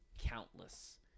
countless